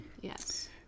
Yes